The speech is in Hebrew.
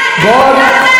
מאוד מעניין.